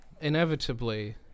Inevitably